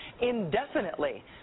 indefinitely